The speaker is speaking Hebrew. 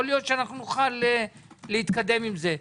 יכול להיות שנוכל להתקדם עם זה.